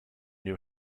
new